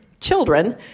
children